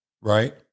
right